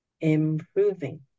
improving